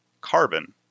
carbon